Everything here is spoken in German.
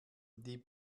die